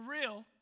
real